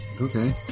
Okay